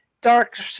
dark